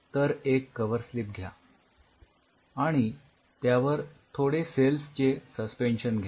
तर एक cover slip घ्या आणि त्यावर थोडे सेल्स चे सस्पेन्शन घ्या